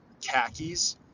khakis